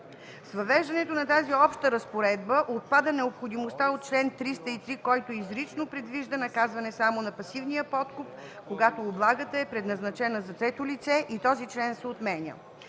С въвеждането на тази обща разпоредба отпада необходимостта от чл. 303, който изрично предвижда наказване само на пасивния подкуп, когато облагата е предназначена за трето лице и този член се отменя.